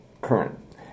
current